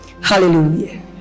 Hallelujah